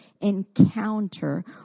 encounter